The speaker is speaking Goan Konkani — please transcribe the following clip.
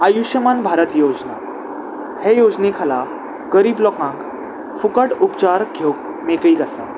आयुश्यमान भारत योजना हे योजने खाला गरीब लोकांक फुकट उपचार घेवक मेकळीक आसा